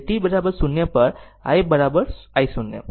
તેથી t 0 પર i i0